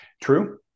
True